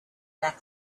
back